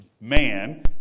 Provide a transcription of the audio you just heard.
man